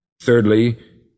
Thirdly